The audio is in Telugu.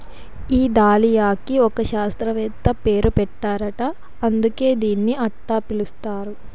ఈ దాలియాకి ఒక శాస్త్రవేత్త పేరు పెట్టారట అందుకే దీన్ని అట్టా పిలుస్తారు